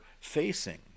facing